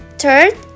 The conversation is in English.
Third